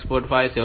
5 7